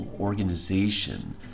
organization